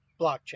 blockchain